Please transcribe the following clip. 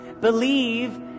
Believe